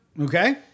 Okay